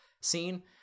scene